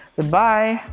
Goodbye